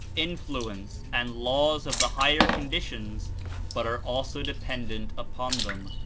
influence and laws of the higher conditions but are also dependent upon them.